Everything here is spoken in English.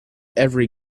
every